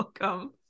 welcome